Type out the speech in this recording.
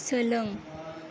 सोलों